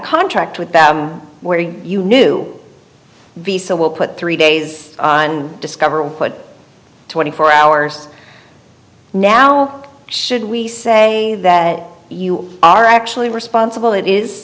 contract with them where you knew the cell will put three days on discovery but twenty four hours now should we say that you are actually responsible it is